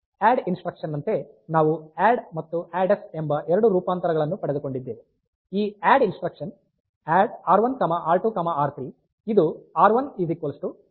add instruction ನಂತೆ ನಾವು add ಮತ್ತು ಅಡ್ಡ್ಸ್ ಎಂಬ ಎರಡು ರೂಪಾಂತರಗಳನ್ನು ಪಡೆದುಕೊಂಡಿದ್ದೇವೆ ಈ add instruction add R one R R ಇದು ಆರ್1 ಆರ್ ಆರ್ ಅನ್ನು ಕೊಡುತ್ತದೆ